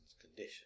condition